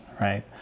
right